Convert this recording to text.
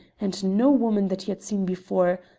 and no woman that he had seen before,